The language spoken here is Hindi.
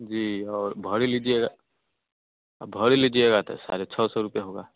जी और भरी लीजिएगा आ भरी लीजिएगा तो साढ़े छः सौ रुपया होगा